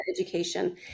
education